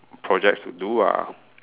project to do ah